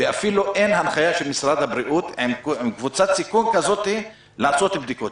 ואפילו אין הנחיה של משרד הבריאות עם קבוצת סיכון כזאת לעשות בדיקות.